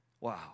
Wow